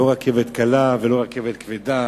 לא רכבת קלה ולא רכבת כבדה.